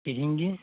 ᱛᱮᱦᱮᱧ ᱜᱮ